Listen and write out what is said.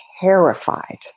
terrified